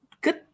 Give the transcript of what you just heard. good